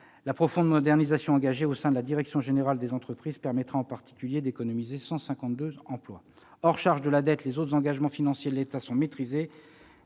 La profonde modernisation engagée au sein de la direction générale des entreprises permettra en particulier d'économiser 152 emplois. Hors charge de la dette, les autres engagements financiers de l'État sont maîtrisés,